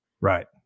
Right